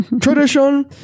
Tradition